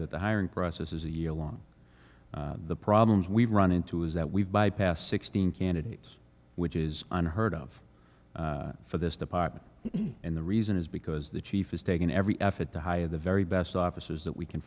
that the hiring process is a year long the problems we've run into is that we've bypassed sixteen candidates which is unheard of for this department and the reason is because the chief has taken every effort to hire the very best officers that we can